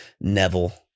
Neville